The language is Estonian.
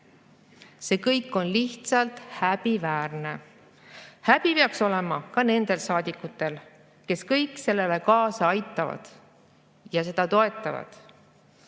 See kõik on lihtsalt häbiväärne. Häbi peaks olema ka nendel saadikutel, kes kõik sellele kaasa aitavad ja seda toetavad. Viimasena